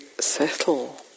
settle